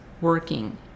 working